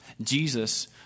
Jesus